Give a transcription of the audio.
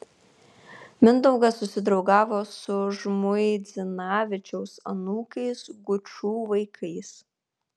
mindaugas susidraugavo su žmuidzinavičiaus anūkais gučų vaikais